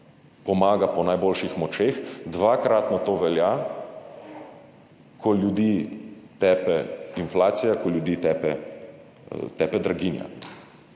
pomaga po najboljših močeh. Dvakratno to velja, ko ljudi tepe inflacija, ko ljudi tepe draginja.